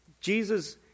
Jesus